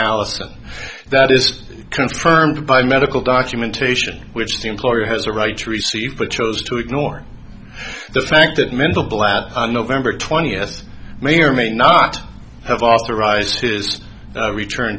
allison that is confirmed by medical documentation which the employer has a right to receive but chose to ignore the fact that mental blat on november twentieth may or may not have authorized his return